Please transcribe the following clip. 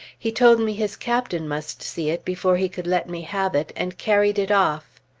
he told me his captain must see it before he could let me have it, and carried it off.